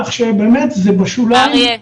כך שבאמת זה בשוליים.